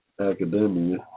academia